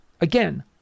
again